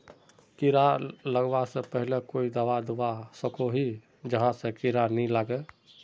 कीड़ा लगवा से पहले कोई दाबा दुबा सकोहो ही जहा से कीड़ा नी लागे?